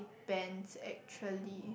bands actually